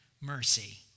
mercy